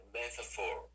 metaphor